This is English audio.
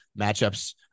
matchups